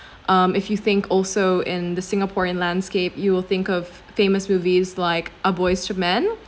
um if you think also in the singaporean landscape you will think of famous movies like ah boys to men